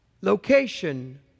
Location